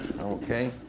Okay